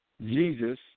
Jesus